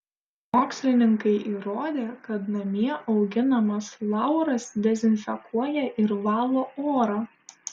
mokslininkai įrodė kad namie auginamas lauras dezinfekuoja ir valo orą